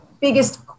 biggest